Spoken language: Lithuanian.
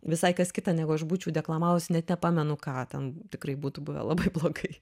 visai kas kita negu aš būčiau deklamavusi net nepamenu ką ten tikrai būtų buvę labai blogai